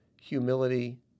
humility